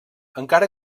encara